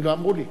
לא אמרו לי.